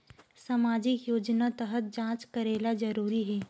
सामजिक योजना तहत जांच करेला जरूरी हे